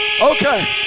okay